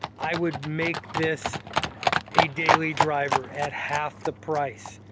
i would make this a daily driver at half the price.